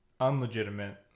unlegitimate